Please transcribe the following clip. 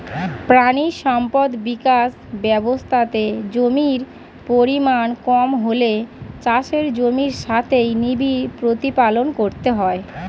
প্রাণী সম্পদ বিকাশ ব্যবস্থাতে জমির পরিমাণ কম হলে চাষের জমির সাথেই নিবিড় প্রতিপালন করতে হয়